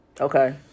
Okay